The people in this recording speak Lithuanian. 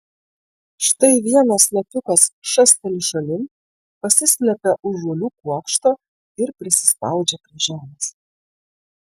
štai vienas lapiukas šasteli šalin pasislepia už žolių kuokšto ir prisispaudžia prie žemės